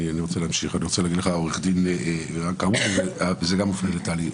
אני רוצה להגיד לך וזה גם מופנה לטלי,